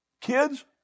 Kids